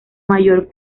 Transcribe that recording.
mayor